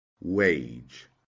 wage